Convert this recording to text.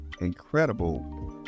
incredible